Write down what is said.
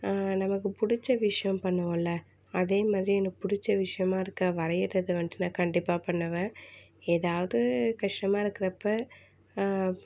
நமக்கு பிடிச்ச விஷயம் பண்ணுவோம்ல அதே மாதிரி எனக்கு பிடிச்ச விஷயமாக இருக்க வரையறதை வந்துட்டு நான் கண்டிப்பாக பண்ணுவேன் எதாவது கஷ்டமாக இருக்குறப்போ